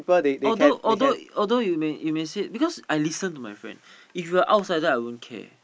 although although although you may you may said because I listen to my friend if you're outsider I won't care